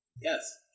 Yes